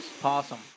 Possum